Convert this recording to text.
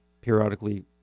periodically